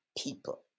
people